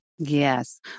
Yes